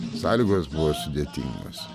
sąlygos buvo sudėtingos